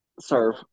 serve